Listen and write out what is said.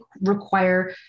require